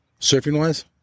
surfing-wise